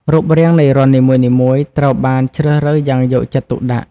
រូបរាងនៃរន្ធនីមួយៗត្រូវបានជ្រើសរើសយ៉ាងយកចិត្តទុកដាក់។